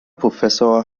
professor